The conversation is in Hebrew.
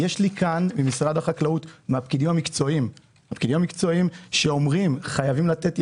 יש לי כאן במשרד החקלאות פקידים מקצועיים שאומרים שחייבים לתת,